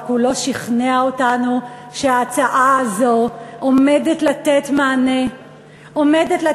רק הוא לא שכנע אותנו שההצעה הזאת עומדת לתת מענה לבדואים